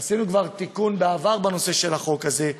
עשינו כבר בעבר תיקון בנושא החוק הזה,